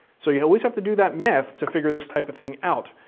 so you always have to do that math to figure this type of thing out.